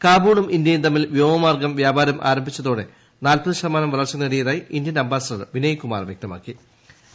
കാബൂളും ഇന്ത്യയും തമ്മിൽ വ്യോമമാർഗം വൃാപാരം ആരംഭിച്ചതോടെ നാല്പത് ശതമാനം വളർച്ച നേടിയതായി ഇന്ത്യൻ അംബാസഡർ വിനയ് കുമാർ പറഞ്ഞു